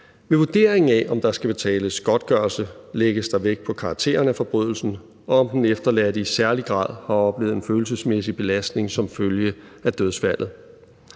Ved vurderingen af, om der skal betales godtgørelse, lægges der vægt på karakteren af forbrydelsen, og om den efterladte i særlig grad har oplevet en følelsesmæssig belastning som følge af dødsfaldet.